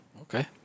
Okay